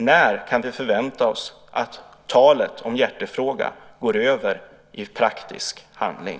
När kan vi förvänta oss att talet om hjärtefråga går över till praktisk handling?